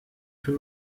für